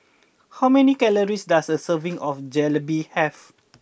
how many calories does a serving of Jalebi have